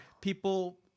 people